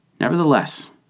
Nevertheless